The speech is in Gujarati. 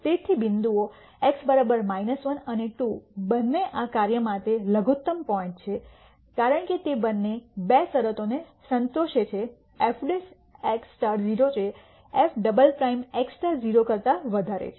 તેથી બિંદુઓ x 1 અને 2 બંને આ કાર્ય માટે લઘુત્તમ પોઇન્ટ છે કારણ કે તે બંને બે શરતોને સંતોષે છે f x 0 છે અને f ડબલ પ્રાઇમ x 0 કરતા વધારે છે